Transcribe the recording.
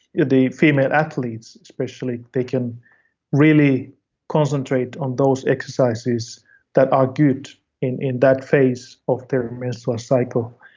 the female athletes especially, they can really concentrate on those exercises that are good in in that phase of their menstrual cycle.